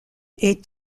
est